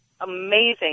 amazing